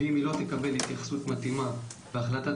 ואם היא לא תקבל התייחסות מתאימה בהחלטת